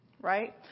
Right